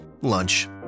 Lunch